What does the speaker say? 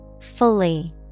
Fully